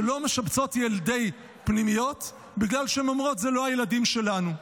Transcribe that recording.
שלא משבצות ילדי פנימיות בגלל שהן אומרות: זה לא הילדים שלנו.